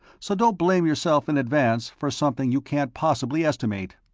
so don't blame yourself in advance for something you can't possibly estimate.